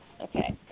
Okay